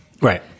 Right